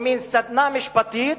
או מין סדנה משפטית,